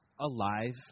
alive